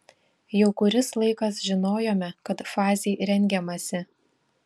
jau kuris laikas žinojome kad fazei rengiamasi